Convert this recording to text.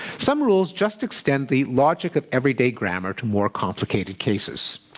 some rules just extend the logic of everyday grammar to more complicated cases.